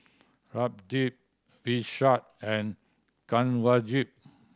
Pradip Vishal and Kanwaljit